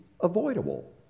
avoidable